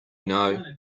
know